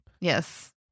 Yes